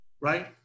right